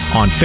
on